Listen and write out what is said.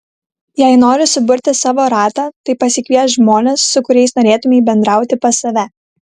jei nori suburti savo ratą tai pasikviesk žmones su kuriais norėtumei bendrauti pas save